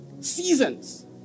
Seasons